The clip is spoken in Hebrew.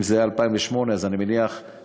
אם זה היה ב-2008, אז אני מניח שב-2015,